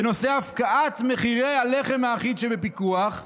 בנושא הפקעת מחירי הלחם האחיד שבפיקוח,